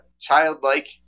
childlike